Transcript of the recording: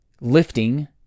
lifting